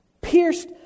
Pierced